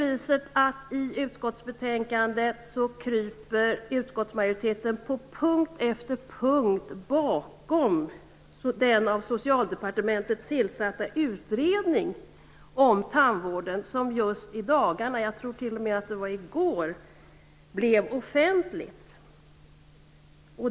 I utskottsbetänkandet kryper utskottet på punkt efter punkt bakom den av Socialdepartementet tillsatta utredning som just i dagarna, jag tror t.o.m. att det var i går, blev offentlig.